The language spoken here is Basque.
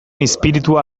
izpiritua